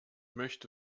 möchte